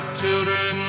children